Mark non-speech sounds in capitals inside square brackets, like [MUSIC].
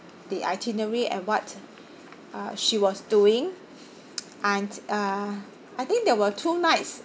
the itinerary and what uh she was doing [NOISE] and uh I think there were two nights